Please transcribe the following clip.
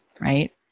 right